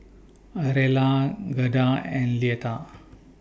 Rella Gerda and Leatha